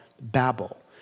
Babel